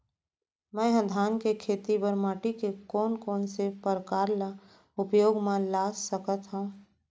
मै ह धान के खेती बर माटी के कोन कोन से प्रकार ला उपयोग मा ला सकत हव?